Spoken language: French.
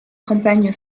campagne